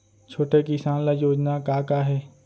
छोटे किसान ल योजना का का हे?